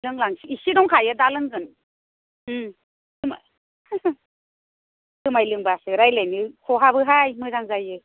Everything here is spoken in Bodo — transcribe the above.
ओं लों लांसै एसे दंखायो दा लोंगोन मा जुमाइ लोंब्लासो रायज्लायनो खहाबोहाय मोजां जायो